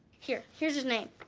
here, here's his name.